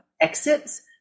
exits